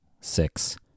six